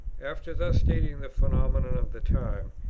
after thus stating the phenomenon of the time,